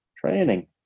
training